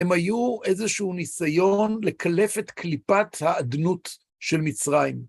הם היו איזשהו ניסיון לקלף את קליפת האדנות של מצרים.